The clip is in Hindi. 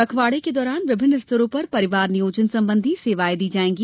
पखवाड़े के दौरान विभिन्न स्तरों पर परिवार नियोजन संबंधी सेवाएँ दी जायेंगी